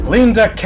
Linda